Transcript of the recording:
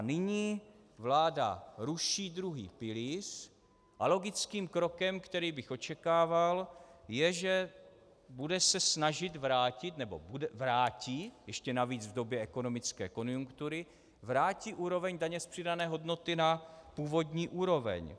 Nyní vláda ruší druhý pilíř a logickým krokem, který bych očekával je, že se bude snažit vrátit, nebo vrátí, ještě navíc v době ekonomické konjunktury, vrátí úroveň daně z přidané hodnoty na původní úroveň.